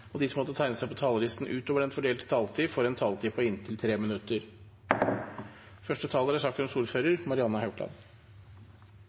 og de som måtte tegne seg på talerlisten utover den fordelte taletid, får også en taletid på inntil 3 minutter. Dette er